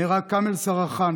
נהרג כאמל סרחאן,